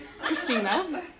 Christina